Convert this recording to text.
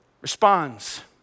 responds